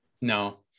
no